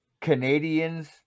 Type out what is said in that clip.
Canadians